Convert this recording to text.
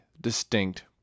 distinct